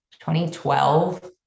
2012